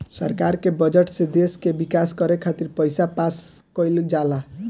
सरकार के बजट से देश के विकास करे खातिर पईसा पास कईल जाला